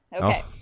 Okay